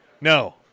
No